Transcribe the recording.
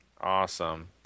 awesome